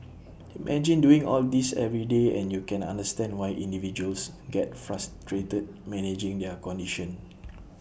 imagine doing all this every day and you can understand why individuals get frustrated managing their condition